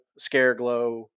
Scareglow